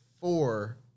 four